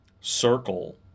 circle